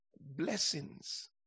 blessings